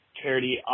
charity